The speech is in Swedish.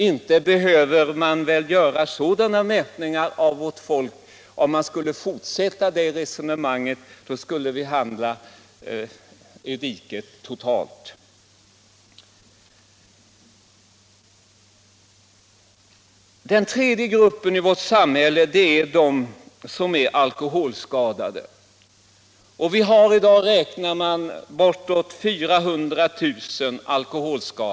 Inte behöver vi göra sådana värderingar bland vårt folk; om vi skulle fortsätta det resonemanget skulle vi hamna i diket totalt. Den tredje gruppen i vårt samhälle är de alkoholskadade. I dag är de bortåt 400 000.